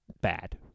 bad